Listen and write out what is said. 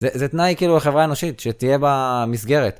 זה תנאי כאילו החברה האנושית שתהיה במסגרת.